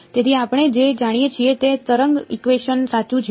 તેથી આપણે જે જાણીએ છીએ તે તરંગ ઇકવેશન સાચું છે